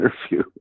interview